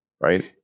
right